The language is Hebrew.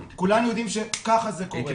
כולנו יודעים שככה זה קורה.